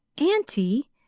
Auntie